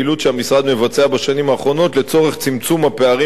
מבצע בשנים האחרונות לצורך צמצום הפערים בין המרכז